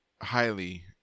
highly